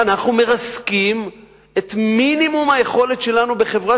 אנחנו מרסקים את מינימום היכולת שלנו בחברה,